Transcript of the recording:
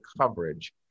coverage